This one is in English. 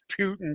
Putin